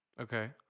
Okay